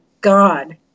God